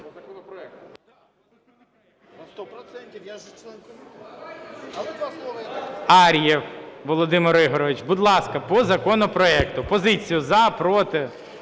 Ар'єв Володимир Ігоревич. Будь ласка, по законопроекту позицію: за – проти.